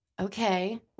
Okay